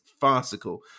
farcical